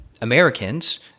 Americans